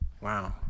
Wow